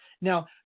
Now